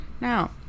Now